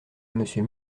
monsieur